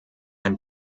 ein